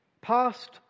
Past